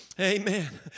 Amen